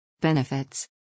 Benefits